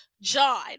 John